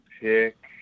pick